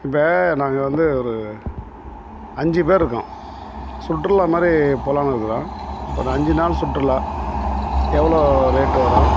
இப்போ நாங்கள் வந்து ஒரு அஞ்சு பேர் இருக்கோம் சுற்றுலா மாதிரி போலாம்னு இருக்கிறோம் ஒரு அஞ்சு நாள் சுற்றுலா எவ்வளோ ரேட் வரும்